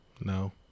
No